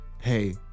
hey